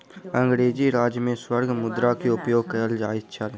अंग्रेजी राज में स्वर्ण मुद्रा के उपयोग कयल जाइत छल